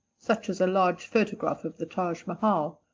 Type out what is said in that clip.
such as a large photograph of the taj mahal,